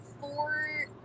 four